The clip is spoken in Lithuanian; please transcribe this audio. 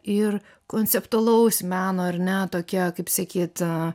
ir konceptualaus meno ar ne tokie kaip sakyt